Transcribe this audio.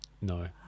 no